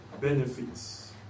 benefits